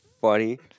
funny